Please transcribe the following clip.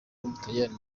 w’umutaliyani